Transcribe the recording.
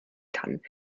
kann